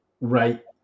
Right